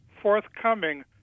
forthcoming